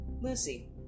Lucy